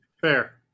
Fair